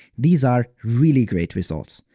these are really great results.